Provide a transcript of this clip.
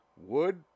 wood